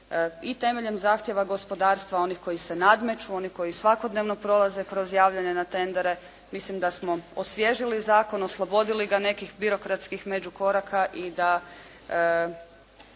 i temeljem zahtjeva gospodarstva onih koji se nadmeću, oni koji svakodnevno prolaze kroz javljanje na tendere. Mislim da smo osvježili zakon, oslobodili ga nekih birokratskih međukoraka i da